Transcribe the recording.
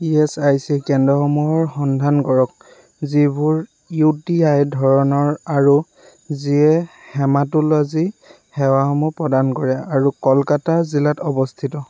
E S I C কেন্দ্ৰসমূহৰ সন্ধান কৰক যিবোৰ ইউ টি আই ধৰণৰ আৰু যিয়ে হেমাটোলোজি সেৱাসমূহ প্ৰদান কৰে আৰু কলকাতা জিলাত অৱস্থিত